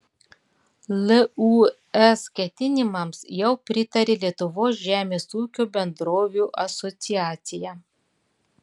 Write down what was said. lūs ketinimams jau pritarė lietuvos žemės ūkio bendrovių asociacija